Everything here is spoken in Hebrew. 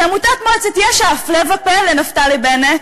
עמותת מועצת יש"ע, הפלא ופלא, נפתלי בנט,